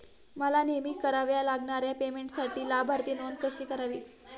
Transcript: मला नेहमी कराव्या लागणाऱ्या पेमेंटसाठी लाभार्थी नोंद कशी करावी?